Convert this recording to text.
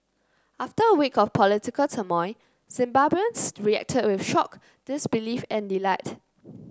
after a week of political turmoil Zimbabweans reacted with shock disbelief and delight